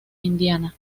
indiana